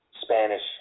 Spanish